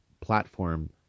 platform